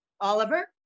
oliver